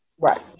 Right